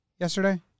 yesterday